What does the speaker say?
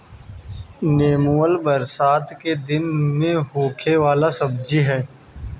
नेनुआ बरसात के दिन में होखे वाला सब्जी हअ